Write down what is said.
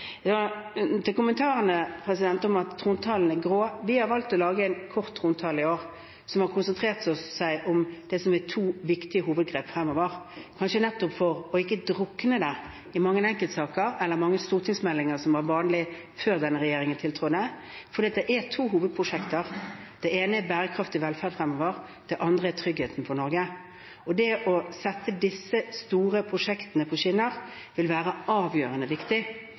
Til kommentarene om at trontalen er «grå»: Vi har valgt å lage en kort trontale i år, som har konsentrert seg om det som er to viktige hovedgrep fremover, kanskje nettopp for ikke å drukne det i mange enkeltsaker eller mange stortingsmeldinger, som var vanlig før denne regjeringen tiltrådte. For det er to hovedprosjekter: Det ene er bærekraftig velferd fremover, det andre er tryggheten for Norge. Å sette disse store prosjektene på skinner vil være avgjørende viktig.